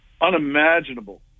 unimaginable